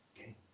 Okay